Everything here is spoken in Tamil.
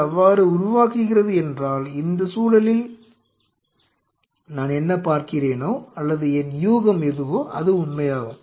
இது அவ்வாறு உருவாக்குகிறது என்றால் இந்த சூழலில் நான் என்ன பார்க்கிறேனோ அல்லது என் யூகம் எதுவோ அது உண்மையாகும்